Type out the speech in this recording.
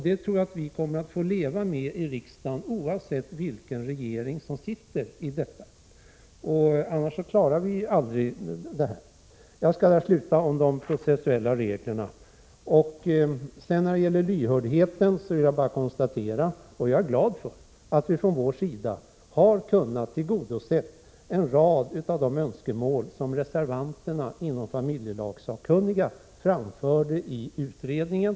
Det tror jag att vi kommer att få leva med i riksdagen oavsett vilken regering vi har. Annars klarar vi inte av det här arbetet. Jag skall inte säga något mer om de processuella reglerna. När det gäller lyhördheten vill jag bara konstatera att vi från vår sida har kunnat tillgodose — och det är jag glad för — en rad av de önskemål som reservanterna inom familjelagssakkunniga framförde i utredningen.